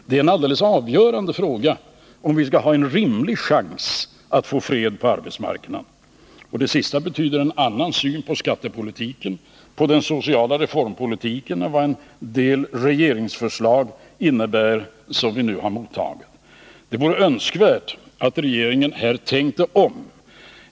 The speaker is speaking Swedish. Det är en alldeles avgörande fråga, om vi skall ha en rimlig chans att få fred på arbetsmarknaden. Och detta betyder att vi måste få en annan syn på skattepolitiken än vad en del regeringsförslag ger uttryck för som vi nu har mottagit. Det vore önskvärt att regeringen här tänkte om.